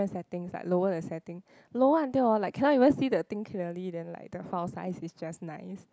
settings like lower the setting lower until hor like cannot even see the thing clearly then like the file size is just nice